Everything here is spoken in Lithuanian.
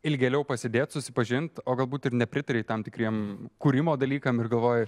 ilgėliau pasėdėt susipažint o galbūt ir nepritarei tam tikriem kūrimo dalykam ir galvojai